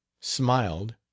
smiled